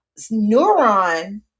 neuron